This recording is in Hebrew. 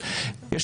החוק'.